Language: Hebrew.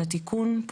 התיקון